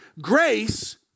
Grace